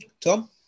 Tom